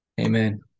Amen